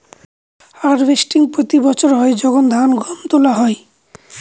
harvesting প্রতি বছর হয় যখন ধান, গম সব তোলা হয়